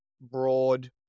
broad